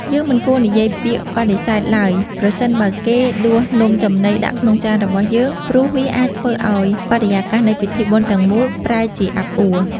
យើងមិនគួរនិយាយពាក្យបដិសេធឡើយប្រសិនបើគេដួសនំចំណីដាក់ក្នុងចានរបស់យើង ព្រោះវាអាចធ្វើឱ្យបរិយាកាសនៃពិធីបុណ្យទាំងមូលប្រែជាអាប់អួ។